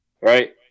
right